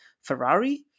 Ferrari